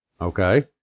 Okay